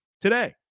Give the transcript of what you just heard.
today